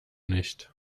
nicht